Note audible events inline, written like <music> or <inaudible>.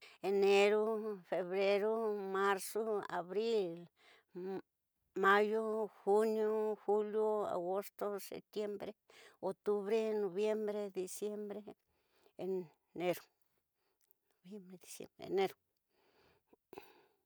Eneru, febreru, marzu, abril, mayu, juniu, juliu, agosto, septiembre, octubre, noviembre, diciembre. <noise>